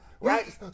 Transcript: Right